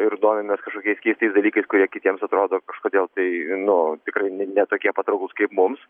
ir domimės kažkokiais keistais dalykais kurie kitiems atrodo kažkodėl tai nu tikrai ne ne tokie patrauklūs kaip mums